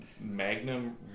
Magnum